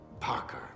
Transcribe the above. Parker